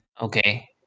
okay